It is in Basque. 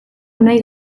unai